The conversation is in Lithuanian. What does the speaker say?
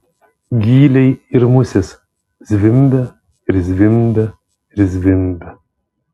gyliai ir musės zvimbia ir zvimbia ir zvimbia